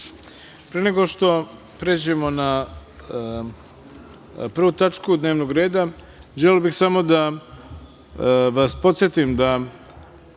nego što pređemo na prvu tačku dnevnog reda, želeo bih samo da vas podsetim da,